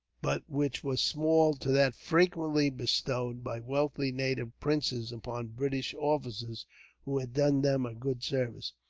but which was small to that frequently bestowed, by wealthy native princes, upon british officers who had done them a good service.